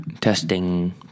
Testing